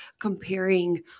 comparing